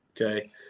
okay